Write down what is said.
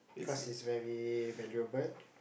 cause it's very valuable